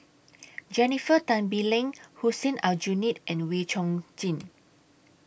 Jennifer Tan Bee Leng Hussein Aljunied and Wee Chong Jin